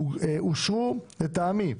אושרו, ל טעמי,